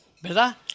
¿verdad